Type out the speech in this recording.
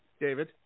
David